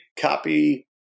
copy